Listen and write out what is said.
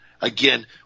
Again